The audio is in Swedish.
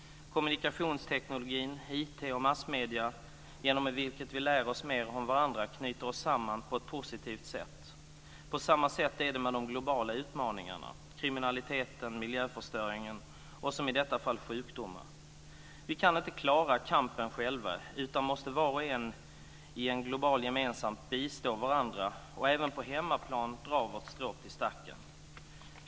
Kommunikationstekniken, IT, massmedierna, genom vilka vi lär oss med om varandra knyter oss samman på ett positivt sätt. På samma sätt är det med de globala utmaningarna - kriminalitet, miljöförstöring och som i detta fall sjukdomar. Vi kan inte klara kampen själva utan måste var och en i en global gemenskap bistå varandra och även på hemmaplan dra vårt strå till stacken.